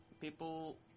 people